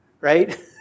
right